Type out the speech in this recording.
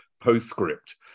Postscript